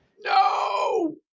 No